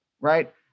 right